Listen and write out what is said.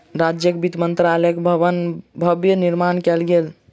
राज्यक वित्त मंत्रालयक भव्य भवन निर्माण कयल गेल